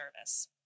service